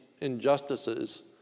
injustices